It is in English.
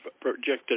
projected